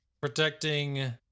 protecting